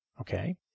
okay